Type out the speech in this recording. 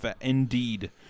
indeed